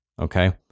Okay